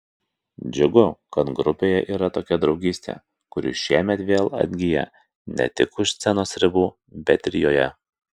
džiugu kad grupėje yra tokia draugystė kuri šiemet vėl atgyja ne tik už scenos ribų bet ir joje